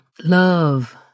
love